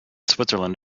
switzerland